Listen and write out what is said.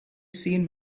seen